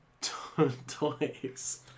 toys